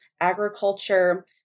agriculture